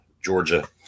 Georgia